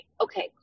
okay